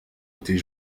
était